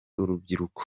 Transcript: urubyiruko